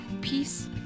peace